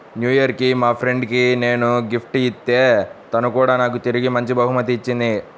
new year కి మా friend కి నేను గిఫ్ట్ ఇత్తే తను కూడా నాకు తిరిగి మంచి బహుమతి ఇచ్చింది